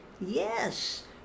Yes